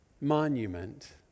monument